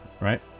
Right